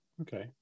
Okay